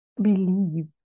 believe